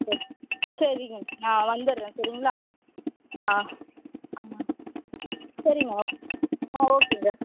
சரி சரிங்க நான் வந்துடுறேன் சரிங்களா ஆ ஆ சரிங்க ஓகே ஆ ஓகேங்க